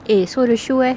eh so the shoe eh